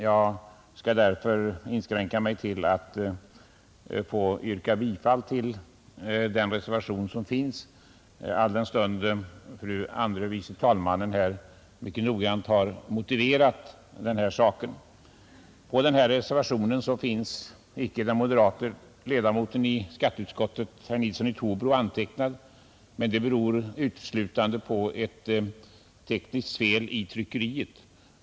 Jag skall därför inskränka mig till att yrka bifall till den reservation som finns, särskilt som fru andre vice talmannen mycket noggrant har motiverat saken. På reservationen finns inte den moderate ledamoten i skatteutskottet, herr Nilsson i Trobro antecknad, men det beror uteslutande på ett tekniskt fel i tryckeriet.